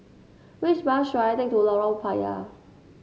which bus should I take to Lorong Payah